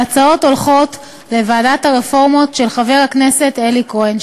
וההצעות עוברות לוועדת הרפורמות של חבר הכנסת אלי כהן.